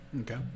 okay